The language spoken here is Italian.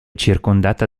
circondata